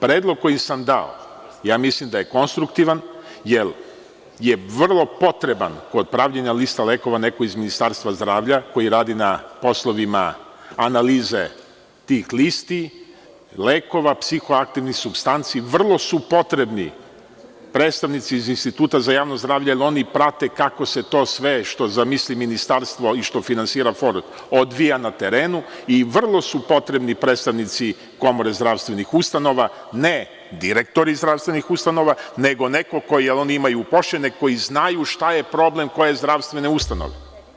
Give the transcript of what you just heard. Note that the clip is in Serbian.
Predlog koji sam dao, mislim da je konstruktivan, jer je vrlo potreban kod pravljenja lista lekova neko iz Ministarstva zdravlja, koji radi na poslovima analize tih listi, lekova, psihoaktivnih supstanci, vrlo su potrebni predstavnici iz Instituta za javno zdravlje, jer oni prate kako se to sve, što zamisli Ministarstvo, i što finansira Fond, odvija na terenu, i vrlo su potrebni predstavnici Komore zdravstvenih ustanova, ne direktori zdravstvenih ustanova, nego neko, jer oni imaju upošljene koji znaju šta je problem koje zdravstvene ustanove.